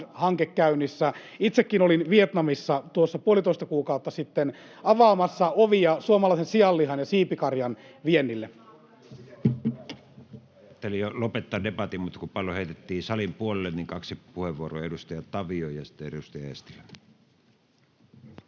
‑hanke käynnissä. Itsekin olin Vietnamissa tuossa puolitoista kuukautta sitten avaamassa ovia suomalaisen sianlihan ja siipikarjan viennille.